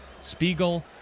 Spiegel